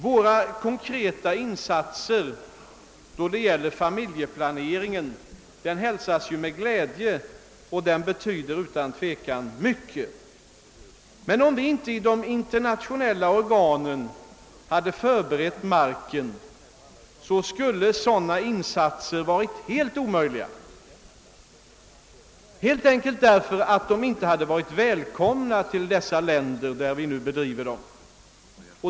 Våra konkreta insatser då det gäl ler familjéplaneringen hälsas ju med glädje, och de betyder utan tvivel mycket, men om vi inte i de internationella organen hade förberett marken skulle sådana insatser ha varit helt omöjliga helt enkelt därför att de inte varit välkomna i de länder där de nu företas.